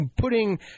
putting